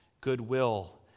goodwill